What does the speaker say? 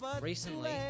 recently